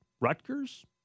Rutgers